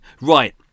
Right